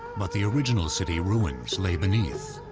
but the original city ruins lay beneath.